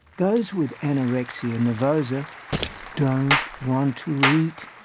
those with anorexia nervosa don't want to eat.